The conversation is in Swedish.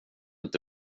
inte